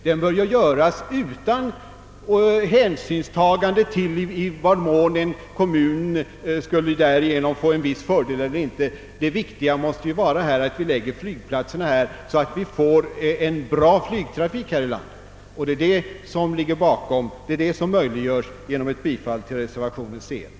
Den bör göras utan hänsynstagande till i vad mån en kommun därigenom skulle få en viss fördel eller inte. Det viktiga måste vara att vi lägger flygplatserna så, att vi skapar en god flygtrafik här i landet. Ett bifall till reservationen c 1 skulle möjliggöra detta.